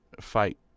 Fight